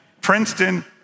Princeton